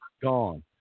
gone